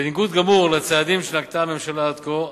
בניגוד גמור לצעדים שנקטה הממשלה עד כה,